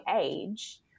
age